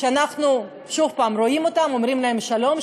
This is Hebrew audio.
שאנחנו, שוב פעם, רואים אותם, אומרים להם שלום.